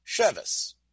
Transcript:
Shevis